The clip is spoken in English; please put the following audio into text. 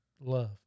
love